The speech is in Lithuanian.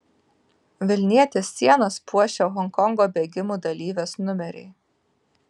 vilnietės sienas puošia honkongo bėgimų dalyvės numeriai